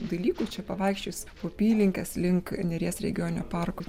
dalykų čia pavaikščiojus po apylinkes link neries regioninio parko